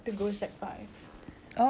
ya had to but then